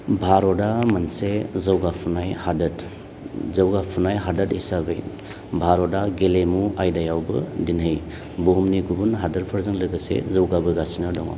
भारतआ मोनसे जौगाफुनाय हादोर जौगाफुनाय हादोर हिसाबै भारतआ गेलेमु आयदायावबो दिनै बुहुमनि गुबुन हादोरफोरजों लोगोसे जौगाबोगासिनो दङ